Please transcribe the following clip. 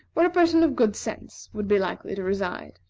where a person of good sense would be likely to reside.